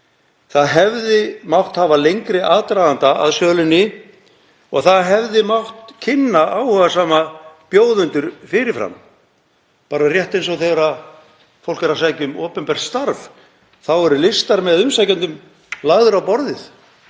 Það hefði mátt hafa lengri aðdraganda að sölunni. Það hefði mátt kynna áhugasama bjóðendur fyrir fram, rétt eins og þegar fólk er að sækja um opinbert starf þá eru listar með umsækjendum lagðir á borðið.